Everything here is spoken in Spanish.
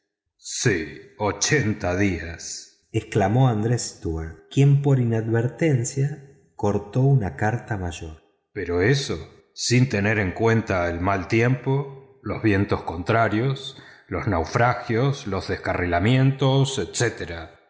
sí ochenta días exclamó andrés stuart quien por inadvertencia cortó una carta mayor pero eso sin tener en cuenta el mal tiempo los vientos contrarios los naufragios los descarrilamientos etc